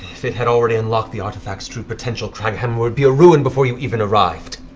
if it had already unlocked the artifact's true potential, kraghammer would be a ruin before you even arrived.